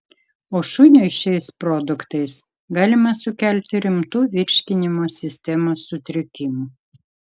o šuniui šiais produktais galima sukelti rimtų virškinimo sistemos sutrikimų